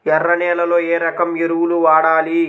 ఎర్ర నేలలో ఏ రకం ఎరువులు వాడాలి?